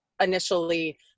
initially